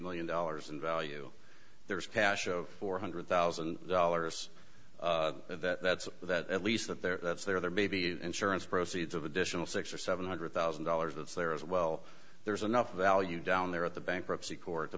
million dollars in value there's cash of four hundred thousand dollars and that's that at least that there that's there there may be insurance proceeds of additional six or seven hundred thousand dollars that's there as well there's enough value down there at the bankruptcy court the